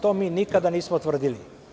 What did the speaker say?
To mi nikada nismo tvrdili.